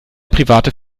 private